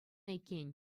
иккен